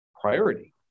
priority